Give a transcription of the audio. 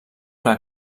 clar